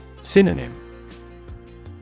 Synonym